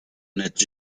n’êtes